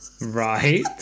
Right